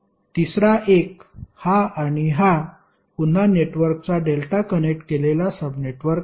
तिसरा एक हा आणि हा पुन्हा नेटवर्कचा डेल्टा कनेक्ट केलेला सब नेटवर्क आहे